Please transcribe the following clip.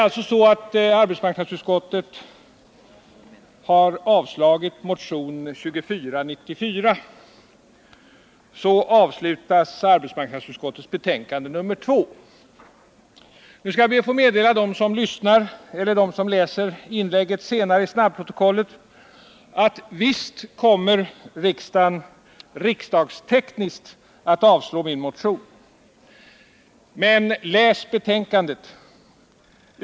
Nu skall jag be att få meddela dem som lyssnar eller som läser inlägget i snabbprotokollet, att visst kommer riksdagen riksdagstekniskt att avslå min motion. Men läs betänkandet!